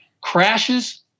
crashes